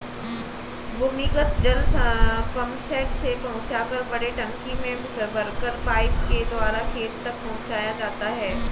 भूमिगत जल पम्पसेट से पहुँचाकर बड़े टंकी में भरकर पाइप के द्वारा खेत तक पहुँचाया जाता है